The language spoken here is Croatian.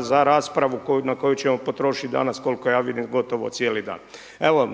za raspravu na koju ćemo potrošiti danas koliko ja vidim gotovo cijeli dan. Evo